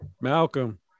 Malcolm